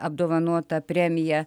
apdovanota premija